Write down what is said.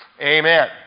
Amen